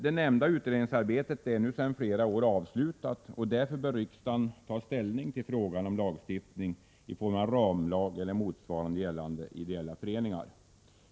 Detta utredningsarbete är nu sedan flera år avslutat, och därför bör riksdagen ta ställning till frågan om lagstiftning i form av ramlag eller motsvarande gällande ideella föreningar.